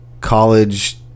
college